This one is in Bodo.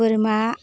बोरमा